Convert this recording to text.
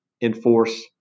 enforce